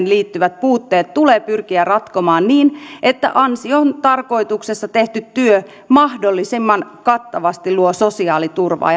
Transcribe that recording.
liittyvät puutteet tulee pyrkiä ratkomaan niin että ansiotarkoituksessa tehty työ mahdollisimman kattavasti luo sosiaaliturvaa